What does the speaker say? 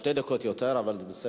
דיברת שתי דקות יותר, אבל זה בסדר.